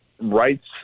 rights